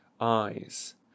eyes